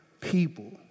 people